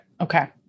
Okay